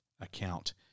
account